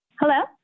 Hello